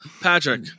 Patrick